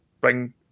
bring